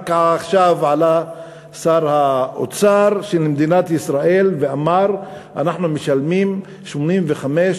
רק עכשיו עלה שר האוצר של מדינת ישראל ואמר: אנחנו משלמים 85,